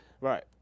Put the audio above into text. Right